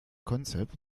concept